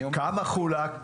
כמה חולק.